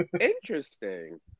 Interesting